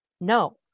no